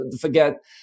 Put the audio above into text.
forget